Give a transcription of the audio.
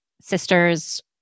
sisters